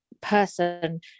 person